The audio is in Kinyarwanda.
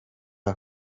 aka